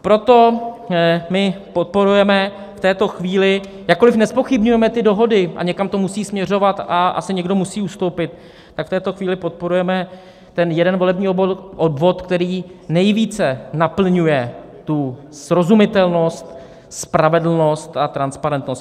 Proto my podporujeme v této chvíli jakkoliv nezpochybňujeme ty dohody a někam to musí směřovat a asi někdo musí ustoupit tak v této chvíli podporujeme jeden volební obvod, který nejvíce naplňuje srozumitelnost, spravedlnost a transparentnost.